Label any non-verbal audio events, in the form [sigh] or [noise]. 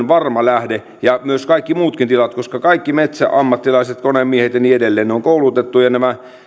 [unintelligible] varma lähde ja myös kaikki muutkin tilat koska kaikki metsäammattilaiset konemiehet ja niin edelleen ovat koulutettuja ja nämä